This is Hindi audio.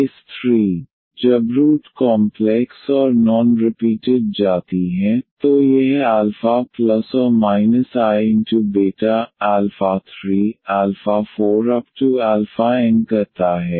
केस III जब रूट कॉम्प्लेक्स और नॉन रिपीटेड जाती हैं तो यह α±iβ34n कहता है